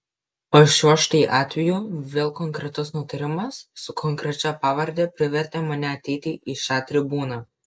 o šiuo štai atveju vėl konkretus nutarimas su konkrečia pavarde privertė mane ateiti į šią tribūną